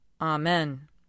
Amen